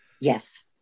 Yes